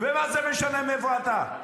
מה זה משנה מאיפה אתה?